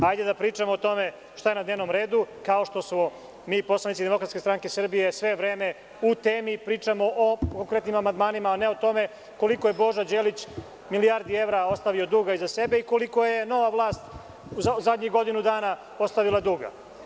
Hajde da pričamo o tome šta je na dnevnom redu, kao što smo mi poslanici iz DSS sve vreme u temi i pričamo o konkretnim amandmanima, a ne o tome koliko je Boža Đilić milijardi ostavio duga iza sebe i koliko je nova vlast u zadnjih godinu dana ostavila duga.